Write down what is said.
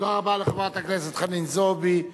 תודה רבה לחברת הכנסת חנין זועבי.